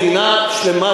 מדינה שלמה,